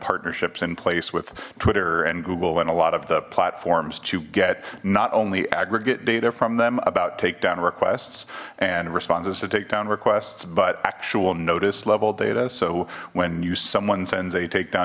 partnerships in place with twitter and google and a lot of the platform to get not only aggregate data from them about takedown requests and responses to takedown requests but actual notice level data so when you someone sends a take